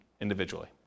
individually